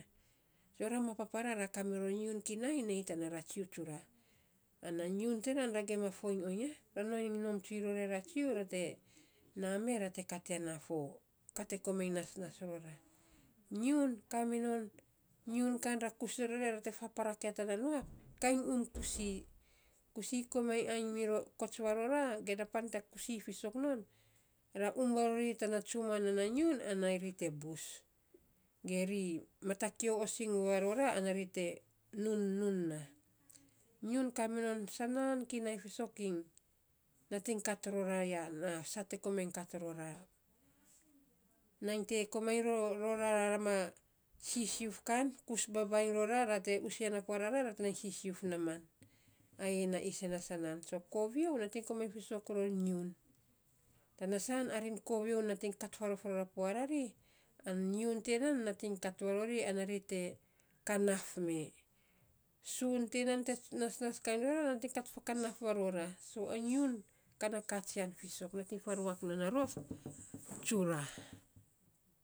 So ra ma papara, ra kamiror nyiun kinai te tana ratsu tsura. Ana nyiun tinan ra gima foiny oiny ya. ra nai nom tsuiny ror yaratsu, ra te naa mee, ra te kat ya na fo ka te komainy nasnas rora. Nyiun kaminon, nyiun kan, ra kus ror ya, ra te faporak ya tana nuaf kainy um kusi, kusi komainy kusi komainy ainy miro kots varora, ge na pan te kusi fiisok non. Ra um varori tana tsuma, nan na nyiun ana ri te bus, ge ri mata kio osing varora ana ri te nun nun naa. Nyiun kaminon saanan fiisok ainy, nating kat rora ya na saa te komainy kat rora. Nainy te komainy rama sisiuf kan, kus babainy rora ra te us ya na pua rara ra, te nainy sisiuf naaman. Ayei, na isen na sanaan. So kovio, nainy komainy fiisok ror nyiun, tana sa arin kovio nating kat faarof ror a pua rari, ana nyiun tiya nan, nating kat varori ana ri te kanaf me. Suun tinan te nasnas kan rora, nating kat varora, ra te kanaf me. So a nyiun kaa na katsian fiisok nating faruak non a rof tsura.